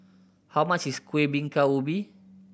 how much is Kuih Bingka Ubi